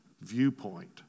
viewpoint